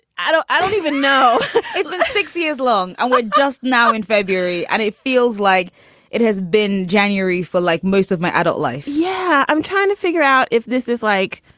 i don't i don't even know it's been six years long. i was just now in february and it feels like it has been january for like most of my adult life yeah, i'm trying to figure out if this is like,